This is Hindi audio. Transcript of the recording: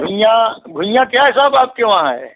घुइयाँ घुइयाँ क्या हिसाब आपके वहाँ है